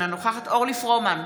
אינה נוכחת אורלי פרומן,